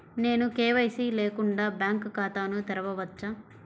నేను కే.వై.సి లేకుండా బ్యాంక్ ఖాతాను తెరవవచ్చా?